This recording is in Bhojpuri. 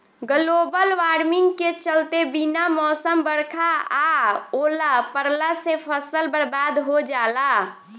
ग्लोबल वार्मिंग के चलते बिना मौसम बरखा आ ओला पड़ला से फसल बरबाद हो जाला